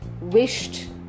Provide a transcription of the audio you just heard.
wished